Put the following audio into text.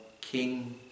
King